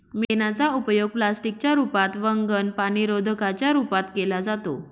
मेणाचा उपयोग प्लास्टिक च्या रूपात, वंगण, पाणीरोधका च्या रूपात केला जातो